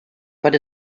but